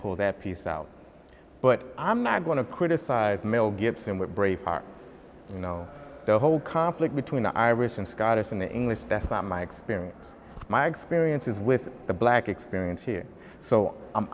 pull that piece out but i'm not going to criticize mel gibson with braveheart you know the whole conflict between the irish and scottish in the english that's not my experience my experiences with the black experience here so